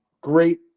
great